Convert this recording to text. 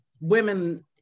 women